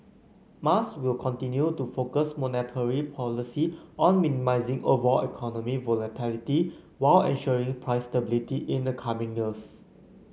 Mas will continue to focus monetary policy on minimising overall economic volatility while ensuring price stability in the coming years